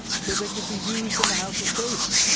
so they could be used in the house's case.